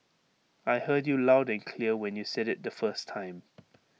I heard you loud and clear when you said IT the first time